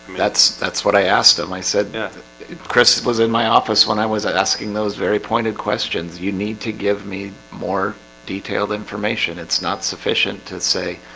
that's that's what i asked him. i said chris was in my office when i was asking those very pointed questions. you need to give me more detailed information it's not sufficient to say.